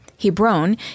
Hebron